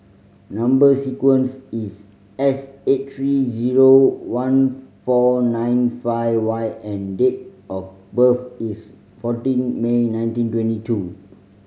number sequence is S eight three zero one four nine five Y and date of birth is fourteen May nineteen twenty two